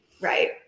right